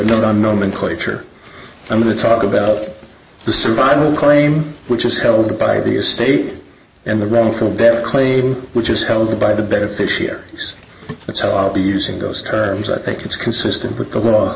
note on nomenclature i'm going to talk about the survival claim which is held by the estate and the wrongful death claim which is held by the beneficiaries so i'll be using those terms i think it's consistent with the law